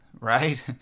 right